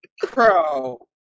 Crow